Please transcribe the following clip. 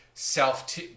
self